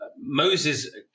Moses